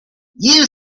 you